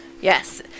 Yes